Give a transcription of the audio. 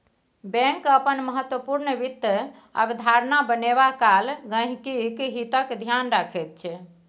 bank अपन महत्वपूर्ण वित्त अवधारणा बनेबा काल गहिंकीक हितक ध्यान रखैत छै